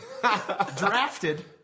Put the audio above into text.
drafted